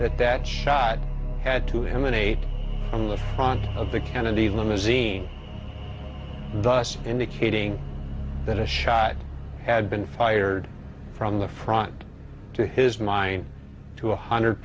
that that shot had to him an a on the front of the kennedy limousine thus indicating that a shot had been fired from the front to his mind to a hundred